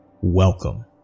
Welcome